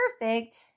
perfect